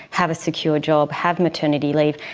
have a secure job, have maternity leave,